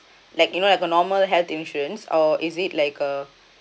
like you know like a normal health insurance or is it like uh